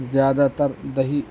زیادہ تر دیہی